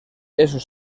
esos